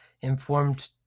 informed